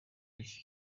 y’iki